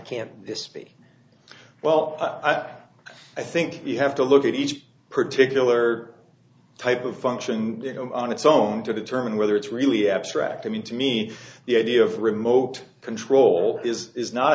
be well i think you have to look at each particular type of function on its own to determine whether it's really abstract i mean to me the idea of remote control is is not